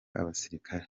abasirikare